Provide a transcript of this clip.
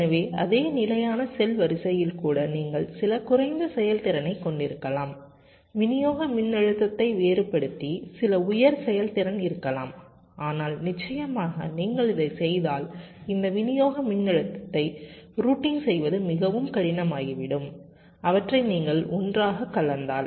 எனவே அதே நிலையான செல் வரிசையில் கூட நீங்கள் சில குறைந்த செயல்திறனைக் கொண்டிருக்கலாம் விநியோக மின்னழுத்தத்தை வெறுபடுத்தி சில உயர் செயல்திறன் இருக்கலாம் ஆனால் நிச்சயமாக நீங்கள் இதைச் செய்தால் இந்த விநியோக மின்னழுத்தத்தை ரூட்டிங் செய்வது மிகவும் கடினமாகிவிடும் அவற்றை நீங்கள் ஒன்றாகக் கலந்தால்